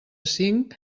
cinc